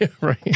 right